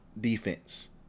defense